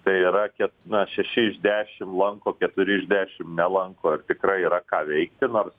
tai yra ket na šeši iš dešim lanko keturi iš dešim nelanko ir tikrai yra ką veikti nors